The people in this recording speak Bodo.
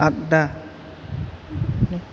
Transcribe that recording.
आग्दा